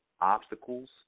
Obstacles